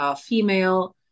female